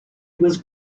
was